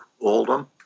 Oldham